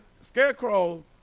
scarecrow